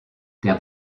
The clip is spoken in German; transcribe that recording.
der